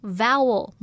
,vowel